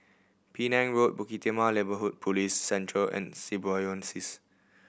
Penang Road Bukit Timah Neighbourhood Police Centre and Symbiosis